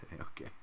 okay